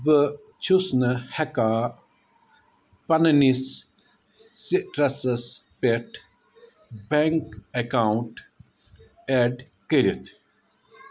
بہٕ چھُس نہٕ ہٮ۪کان پنٛنِس سِٹرٛسَس پٮ۪ٹھ بینک اٮ۪کاونٹ ایڈ کٔرِتھ